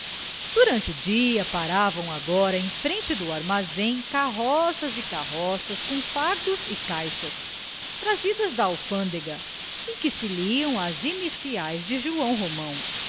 durante o dia paravam agora em frente do armazém carroças e carroças com fardos e caixas trazidos da alfândega em que se liam as iniciais de joão romão